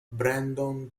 brandon